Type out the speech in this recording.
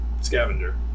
Scavenger